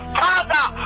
father